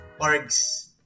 orgs